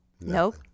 nope